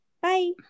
Bye